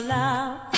love